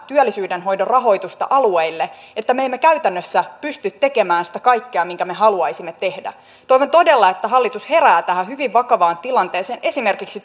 työllisyyden hoidon rahoitusta alueille että me emme käytännössä pysty tekemään sitä kaikkea minkä me haluaisimme tehdä toivon todella että hallitus herää tähän hyvin vakavaan tilanteeseen esimerkiksi